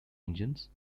engines